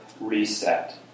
reset